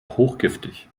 hochgiftig